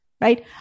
right